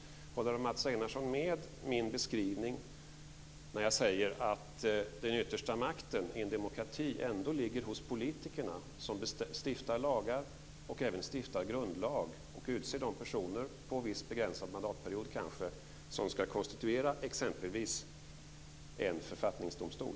Håller Mats Einarsson med om min beskrivning när jag säger att den yttersta makten i en demokrati ändå ligger hos politikerna som stiftar lagar, även grundlag, och som utser de personer, kanske för en begränsad mandatperiod, som ska konstituera exempelvis en författningsdomstol?